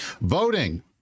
Voting